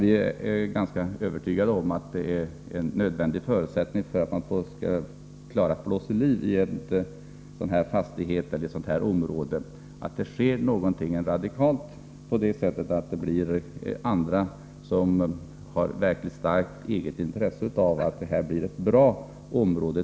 Vi är dock ganska övertygade om att det är en nödvändig förutsättning att det sker något radikalt i fastigheterna med många outhyrda lägenheter för att vi skall kunna blåsa liv i sådana områden.